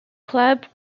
club